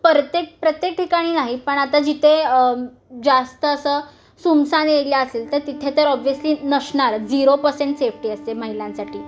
प्रत्येक प्रत्येक ठिकाणी नाही पण आता जिथे जास्त असं सुनसान एरिया असेल तर तिथे तर ऑब्व्हिअस्ली नसणारच झिरो पर्सेंट सेफ्टी असते महिलांसाठी